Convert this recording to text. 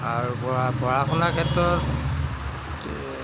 আৰু পঢ়া শুনাৰ ক্ষেত্ৰত